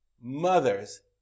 mother's